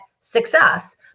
success